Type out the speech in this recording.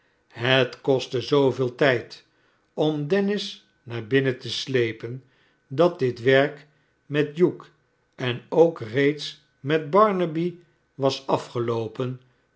het kostte zooveel tijd om dennis naar binnen te slepen dat dit werk met hugh en ook reeds met barnaby was afgeloopen